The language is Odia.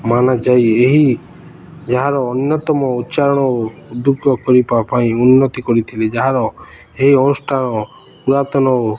ମାନାଯାଇ ଏହି ଯାହାର ଅନ୍ୟତମ ଉଚ୍ଚାରଣ ଓ କରିବା ପାଇଁ ଉନ୍ନତି କରିଥିଲେ ଯାହାର ଏହି ଅନୁଷ୍ଠାନ ପୁରାତନ ଓ